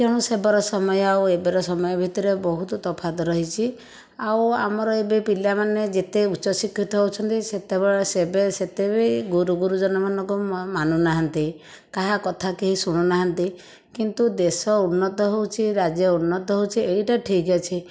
ତେଣୁ ସେବେର ସମୟ ଆଉ ଏବେର ସମୟ ଭିତରେ ବହୁତ ତଫାତ ରହିଛି ଆଉ ଆମର ଏବେ ପିଲାମାନେ ଯେତେ ଉଚ୍ଚ ଶିକ୍ଷିତ ହେଉଛନ୍ତି ସେତେ ସେବେ ସେତେ ଗୁରୁ ଗୁରୁଜନ ମାନଙ୍କୁ ମାନୁନାହାନ୍ତି କାହା କଥା କେହି ଶୁଣୁନାହାନ୍ତି କିନ୍ତୁ ଦେଶ ଉନ୍ନତ ହେଉଛି ରାଜ୍ୟ ଉନ୍ନତ ହେଉଛି ଏଇଟା ଠିକ ଅଛି